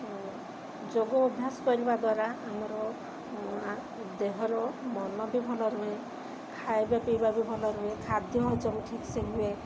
ଯୋଗ ଅଭ୍ୟାସ କରିବା ଦ୍ୱାରା ଆମର ଦେହର ମନ ବି ଭଲ ରୁହେ ଖାଇବା ପିଇବା ବି ଭଲ ରୁହେ ଖାଦ୍ୟ ହଜମ ଠିକ୍ ସେ ହୁଏ